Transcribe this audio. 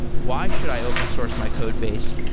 why should i open-source my code base?